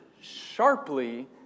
sharply